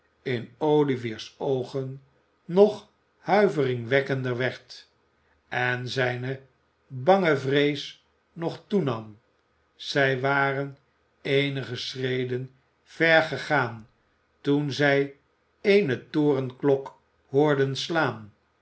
in olivier's oogen nog huiveringwekkender werd en zijne bange vrees nog toenam zij waren eenige schreden ver gegaan toen zij eene torenklok hoorden slaan